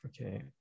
Okay